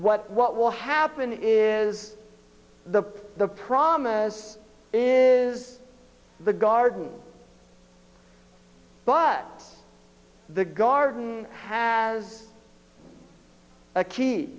what what will happen is the the promise is the garden but the garden has a key